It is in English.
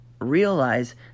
realize